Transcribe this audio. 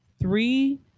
three